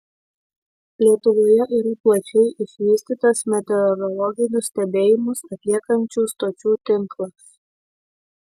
lietuvoje yra plačiai išvystytas meteorologinius stebėjimus atliekančių stočių tinklas